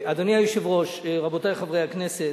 אדוני היושב-ראש, רבותי חברי הכנסת,